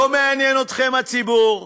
לא מעניין אתכם הציבור,